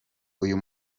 uyu